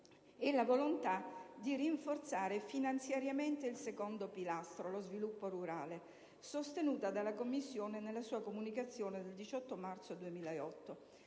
è la volontà di rinforzare finanziariamente il secondo pilastro (lo sviluppo rurale), sostenuta dalla Commissione nella sua comunicazione del 18 marzo 2008,